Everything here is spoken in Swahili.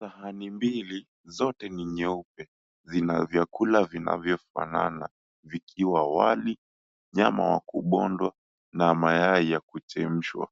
Sahani mbili zote ni nyeupe zina vyakula vinavyofanana vikiwa wali, nyama wa kubondwa na mayai ya kuchemshwa.